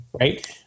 Right